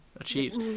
achieves